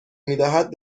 میدهد